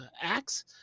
acts